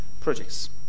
projects